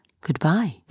goodbye